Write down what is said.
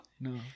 no